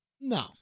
No